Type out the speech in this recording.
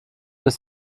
ist